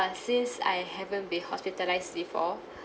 but since I haven't been hospitalised before